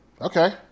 Okay